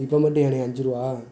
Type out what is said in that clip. இப்போ மட்டும் ஏண்ணே அஞ்சுருபா